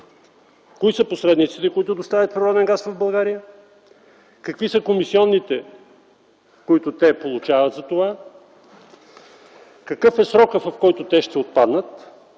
кои са посредниците, които доставят природен газ в България? Какви са комисионите, които получават от това? Какъв е срокът, в който те ще отпаднат?